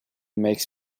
makes